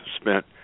spent